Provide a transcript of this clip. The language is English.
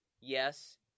yes